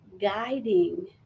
guiding